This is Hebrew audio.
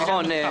נכון, דילגתי.